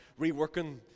reworking